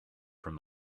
from